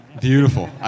Beautiful